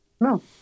No